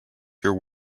your